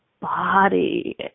body